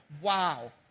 wow